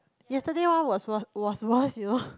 yesterday one was wo~ was worse you know